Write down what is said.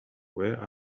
where